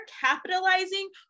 capitalizing